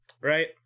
right